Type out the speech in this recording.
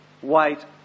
white